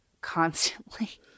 constantly